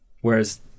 Whereas